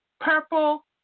Purple